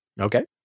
Okay